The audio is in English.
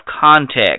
context